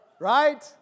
Right